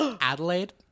Adelaide